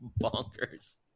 bonkers